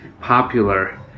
popular